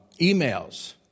emails